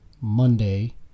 Monday